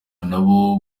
nabo